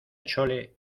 chole